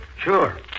Sure